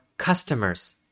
customers